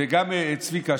וגם את צביקה,